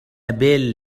بيل